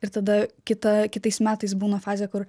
ir tada kita kitais metais būna fazė kur